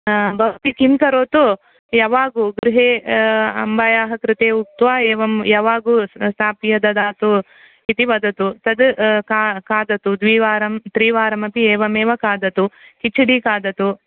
भवति किं करोतु यवागु गृहे अम्बायाः कृते उक्त्वा एवं यवागु स्ताप्य ददातु इति वदतु तद् खादतु द्विवारं त्रिवारमपि एवमेव खादतु किचडि खादतु